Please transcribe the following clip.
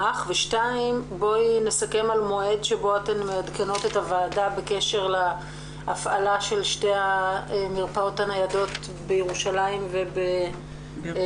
בואי נסכם על מועד הפעלה של שתי המרפאות הניידות בירושלים ובבאר-שבע?